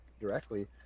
directly